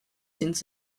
since